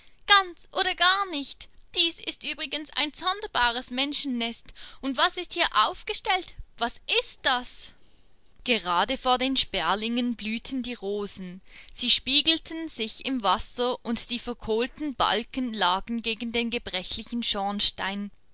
ganz oder gar nicht dies ist übrigens ein sonderbares menschennest und was ist hier aufgestellt was ist das gerade vor den sperlingen blühten die rosen sie spiegelten sich im wasser und die verkohlten balken lagen gegen den gebrechlichen schornstein